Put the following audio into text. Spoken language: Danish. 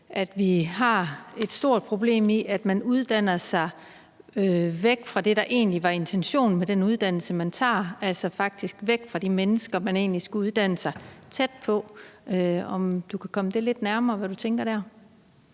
at vi har et stort problem i, at man uddanner sig væk fra det, der egentlig var intentionen med den uddannelse, man tager, altså faktisk væk fra de mennesker, man egentlig skulle uddanne sig tæt på. Kan du komme det lidt nærmere, hvad du tænker der?